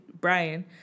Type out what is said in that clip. Brian